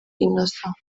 innocent